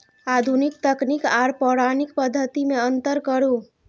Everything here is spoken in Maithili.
आधुनिक तकनीक आर पौराणिक पद्धति में अंतर करू?